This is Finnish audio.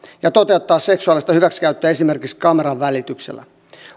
ja toteuttaa seksuaalista hyväksikäyttöä esimerkiksi kameran välityksellä